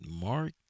Mark